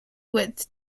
width